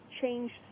changed